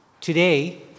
Today